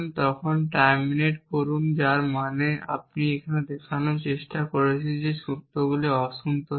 তখন টার্মিনেট করুন যার মানে আমরা দেখানোর চেষ্টা করছি যে এই সূত্রগুলি অসন্তুষ্ট